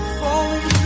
falling